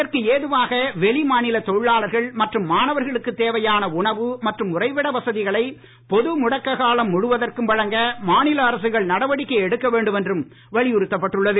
இதற்கு ஏதுவாக வெளிமாநில தொழிலாளர்கள் மற்றும் மாணவர்களுக்குத் தேவையான உணவு மற்றும் உறைவிட வசதிகளை பொது முடக்கக் காலம் முழுவதற்கும் வழங்க மாநில அரசுகள் நடவடிக்கை எடுக்க வேண்டும் என்றும் வலியுறுத்தப் பட்டுள்ளது